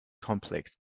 complex